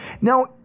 Now